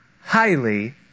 highly